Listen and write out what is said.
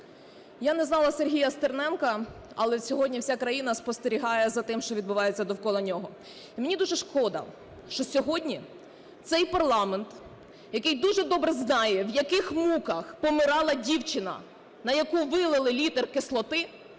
Я не знала Сергія Стерненка, але сьогодні вся країна спостерігає за тим, що відбувається довкола нього. Мені дуже шкода, що сьогодні цей парламент, який дуже добре знає, в яких муках помирала дівчина, на яку вилили літр кислоти,